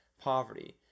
poverty